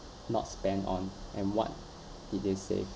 not spend on and what did they save